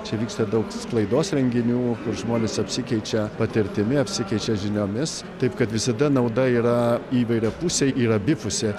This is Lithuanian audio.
čia vyksta daug sklaidos renginių kur žmonės apsikeičia patirtimi apsikeičia žiniomis taip kad visada nauda yra įvairiapusė ir abipusė